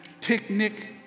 picnic